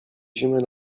zimy